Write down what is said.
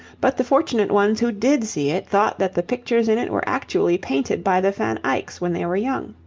but the fortunate ones who did see it thought that the pictures in it were actually painted by the van eycks when they were young.